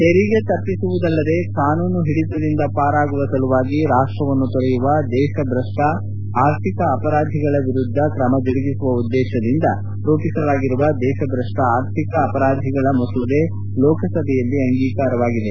ತೆರಿಗೆ ತಪ್ಸಿಸುವುದಲ್ಲದೆ ಕಾನೂನು ಹಿಡಿತದಿಂದ ಪಾರಾಗುವ ಸಲುವಾಗಿ ರಾಷ್ಟ್ರವನ್ನು ತೊರೆಯುವ ದೇಶಭ್ರಷ್ತ ಅರ್ಥಿಕ ಅಪರಾಧಿಗಳ ವಿರುದ್ದ ಕ್ರಮ ಜರುಗಿಸುವ ಉದ್ದೇಶದಿಂದ ರೂಪಿಸಲಾಗಿರುವ ದೇಶಭ್ರಷ್ಪ ಆರ್ಥಿಕ ಅಪರಾಧಿಗಳ ಮಸೂದೆ ಲೋಕಸಭೆಯಲ್ಲಿ ಅಂಗೀಕಾರವಾಗಿದೆ